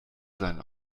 sein